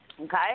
Okay